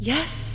Yes